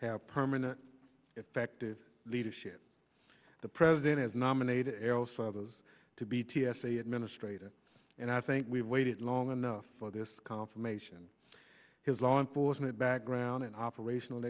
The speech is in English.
have permanent effective leadership the president has nominated those to be t s a administrator and i think we've waited long enough for this confirmation has law enforcement background and operational